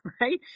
right